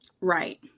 Right